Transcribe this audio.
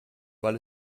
weil